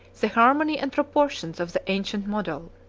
the harmony and proportions of the ancient model.